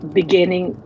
beginning